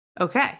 okay